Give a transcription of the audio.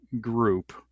group